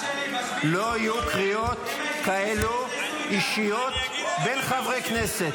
לא יהיו קריאות אישיות כאלה בין חברי כנסת.